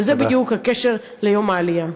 וזה בדיוק הקשר ליום העלייה.